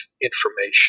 information